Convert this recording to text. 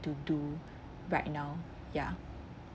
to do right now ya